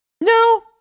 No